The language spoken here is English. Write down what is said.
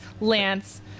lance